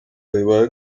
ribaye